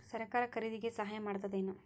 ಸರಕಾರ ಖರೀದಿಗೆ ಸಹಾಯ ಮಾಡ್ತದೇನು?